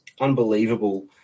unbelievable